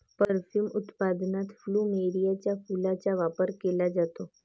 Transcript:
perfume उत्पादनात प्लुमेरियाच्या फुलांचा वापर केला जातो